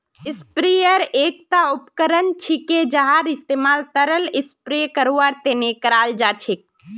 sprayer एकता उपकरण छिके जहार इस्तमाल तरल स्प्रे करवार तने कराल जा छेक